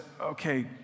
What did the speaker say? okay